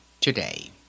today